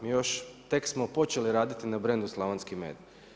Mi još, tek smo počeli raditi na brendu slavonski med.